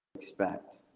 expect